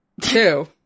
Two